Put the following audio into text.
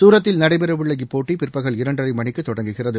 சூரத்தில் நடைபெறவுள்ள இப்போட்டிபிற்பகல் இரண்டரைமணிக்குதொடங்குகிறது